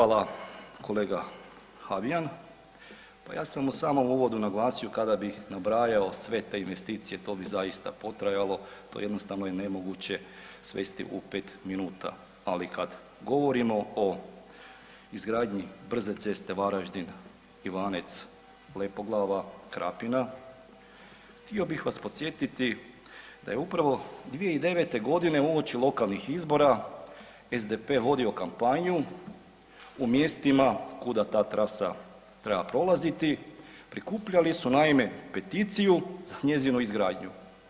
Hvala kolega Habijan, pa ja sam u samom uvodu naglasio kada bih nabrajao sve te investicije to bi zaista potrajalo, to jednostavno je nemoguće svesti u 5 minuta, ali kad govorimo o izgradnji brze ceste Varaždin-Ivanec-Lepoglava-Krapina htio bih vas podsjetiti da je upravo 2009. godine uoči lokalnih izbora SDP vodio kampanju u mjestima kuda ta trasa treba prolaziti, prikupljali su naime peticiju za njezinu izgradnju.